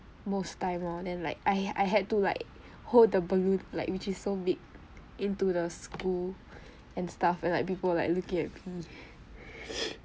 most time lor then like I I had to like hold the balloon like which is so big into the school and stuff and like people were like looking at me